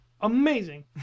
amazing